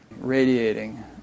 radiating